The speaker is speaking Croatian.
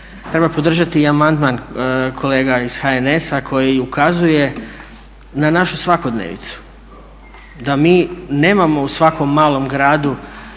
Treba podržati i amandman kolega iz HNS-a koji ukazuje na našu svakodnevnicu da mi nemao u svakom malom gradu